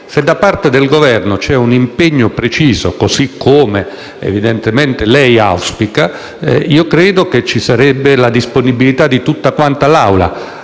Se da parte del Governo c'è un impegno preciso, così come evidentemente lei auspica, io credo che ci sarebbe la disponibilità di tutta quanta l'Assemblea.